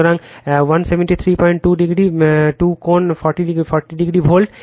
সুতরাং 1732 কোণ 40o volt